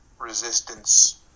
resistance